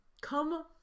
come